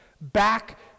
back